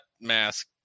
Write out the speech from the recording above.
mask